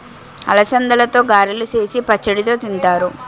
అలసందలతో గారెలు సేసి పచ్చడితో తింతారు